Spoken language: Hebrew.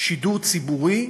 שידור ציבורי